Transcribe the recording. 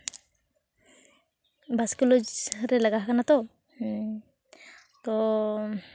ᱵᱟᱥᱠᱮ ᱞᱚᱡᱽ ᱨᱮ ᱞᱟᱜᱟᱣ ᱠᱟᱱᱟ ᱛᱚ ᱛᱚ